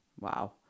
wow